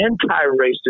anti-racist